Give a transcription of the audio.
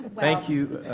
thank you.